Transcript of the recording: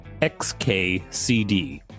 XKCD